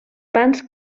pans